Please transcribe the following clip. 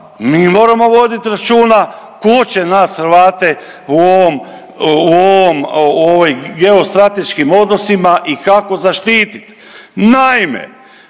mi moramo vodit računa tko će nas Hrvate u ovom, u ovom, u ovoj geostrateškim odnosima i kako zaštitit.